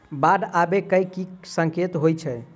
बाढ़ आबै केँ की संकेत होइ छै?